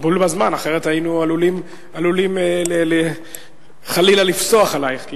בול בזמן, אחרת היינו עלולים, חלילה, לפסוח עלייך.